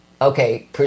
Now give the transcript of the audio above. Okay